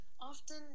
often